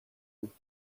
بود